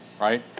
right